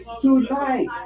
tonight